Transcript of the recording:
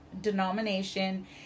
denomination